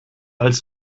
als